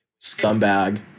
scumbag